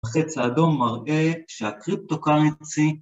החץ אדום מראה שהקריפטו קארנסי